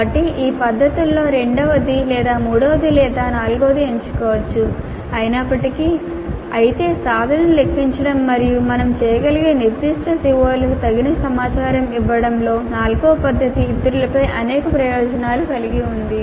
కాబట్టి ఈ పద్ధతుల్లో రెండవది లేదా మూడవది లేదా నాల్గవది ఎంచుకోవచ్చు అయినప్పటికీ అయితే సాధనను లెక్కించడం మరియు మనం చేయగలిగే నిర్దిష్ట CO లకు తగిన సమాచారం ఇవ్వడం లో నాల్గవ పద్ధతి ఇతరులపై అనేక ప్రయోజనాలను కలిగి ఉంది